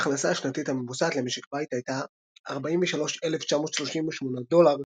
ההכנסה השנתית הממוצעת למשק בית הייתה 43,938 $,